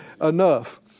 Enough